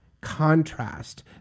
contrast